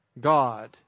God